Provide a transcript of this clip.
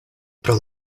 pro